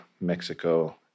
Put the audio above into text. Mexico